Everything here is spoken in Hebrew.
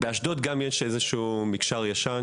באשדוד יש איזשהו מקשר ישן